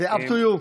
אבל זה up to you.